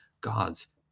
God's